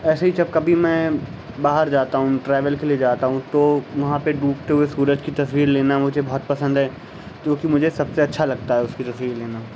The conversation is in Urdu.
ایسے ہی جب کبھی میں باہر جاتا ہوں ٹریول کے لیے جاتا ہوں تو وہاں پہ ڈوبتے ہوئے سورج کی تصویر لینا مجھے بہت پسند ہے کیونکہ مجھے سب سے اچھا لگتا ہے اس کی تصویر لینا